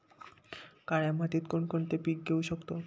काळ्या मातीत कोणकोणती पिके घेऊ शकतो?